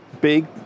big